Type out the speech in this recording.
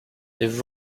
they